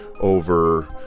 over